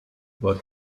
war